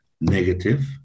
negative